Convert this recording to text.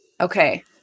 Okay